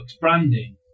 branding